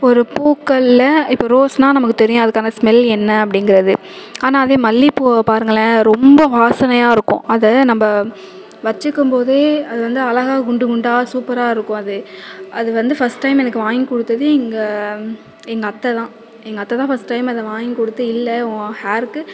ஒரு பூக்களில் இப்போ ரோஸ்னா நமக்கு அது தெரியும் அதுக்கான ஸ்மெல் என்ன அப்படிங்கிறது ஆனால் அதே மல்லிப்பூவை பாருங்களேன் ரொம்ப வாசனையாக இருக்கும் அதை நம்ம வச்சிக்கும் போது அது வந்து அழகாக குண்டு குண்டாக சூப்பராக இருக்கும் அது அது வந்து ஃபஸ்ட் டைம் எனக்கு வாங்கி கொடுத்தது எங்கள் எங்கள் அத்தை தான் எங்கள் அத்தை தான் ஃபஸ்ட் டைம் அதை வாங்கி கொடுத்து இல்லை ஓ ஹேர்க்கு